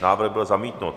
Návrh byl zamítnut.